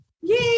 Yay